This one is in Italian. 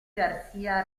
garcía